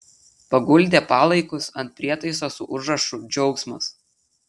paguldė palaikus ant prietaiso su užrašu džiaugsmas